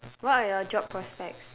what are your job prospects